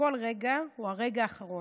שכל רגע הוא הרגע האחרון,